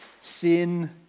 sin